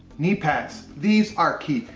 knee pads. these are key,